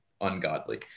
ungodly